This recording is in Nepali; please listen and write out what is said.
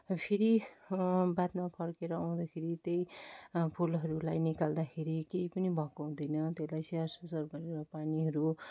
र फेरि बादमा फर्केर आउँदाखेरि त्यही फुलहरूलाई निकाल्दाखेरि केही पनि भएको हुँदैन त्यसलाई स्याहार सुसार गरेर पानीहरू